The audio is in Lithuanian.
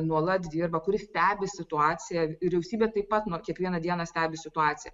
nuolat dirba kurs stebi situaciją vyriausybė taip pat nu kiekvieną dieną stebi situaciją